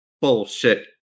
Bullshit